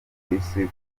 polisi